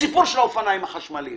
הסיפור של האופניים החשמליים